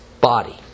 body